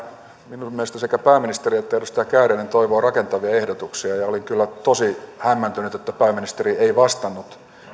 minun mielestäni sekä pääministeri että edustaja kääriäinen toivovat rakentavia ehdotuksia ja olin kyllä tosi hämmentynyt että pääministeri ei vastannut